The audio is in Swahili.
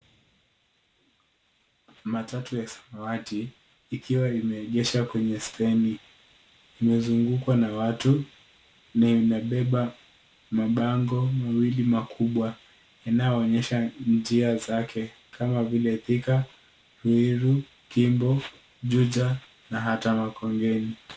Matatu ya samawati ikiwa imeegeshwa kwenye steni. Imezungukwa na watu na inabeba mabango mawili makubwa yanayoonyesha njia zake kama vile thika, ruiru, kimbo, juja na hata makongeni.